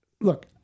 Look